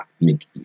make